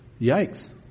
Yikes